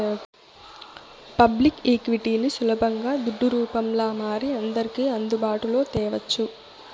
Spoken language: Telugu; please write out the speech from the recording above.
పబ్లిక్ ఈక్విటీని సులబంగా దుడ్డు రూపంల మారి అందర్కి అందుబాటులో తేవచ్చు